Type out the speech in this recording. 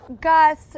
Gus